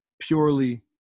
purely